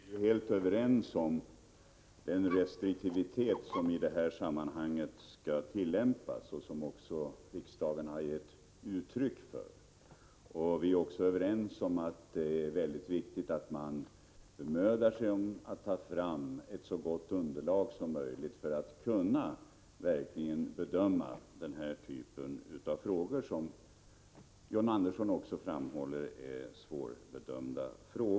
Fru talman! Vi är helt överens om den restriktivitet som i det här sammanhanget skall tillämpas och som också riksdagen har givit uttryck för. Vi är även överens om att det är väldigt viktigt att man bemödar sig om att ta fram ett så gott underlag som möjligt för att verkligen kunna bedöma frågor av den här typen, vilka som John Andersson framhåller är svårbedömda.